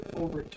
over